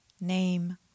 name